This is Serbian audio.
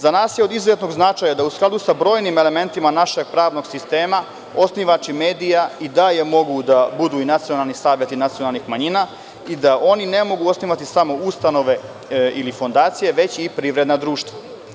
Za nas je od izuzetnog značaja da u skladu sa brojnim elementima našeg pravnog sistema osnivači medija i dalje mogu da budu i nacionalni saveti nacionalnih manjina i da oni ne mogu osnivati samo ustanove ili fondacije, već i privredna društva.